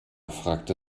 fragte